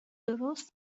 درست